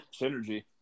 Synergy